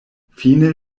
fine